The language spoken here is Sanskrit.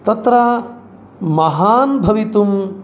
तत्र महान् भवितुं